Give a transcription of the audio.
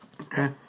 Okay